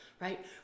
right